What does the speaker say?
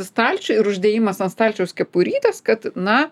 į stalčių ir uždėjimas ant stalčiaus kepurytės kad na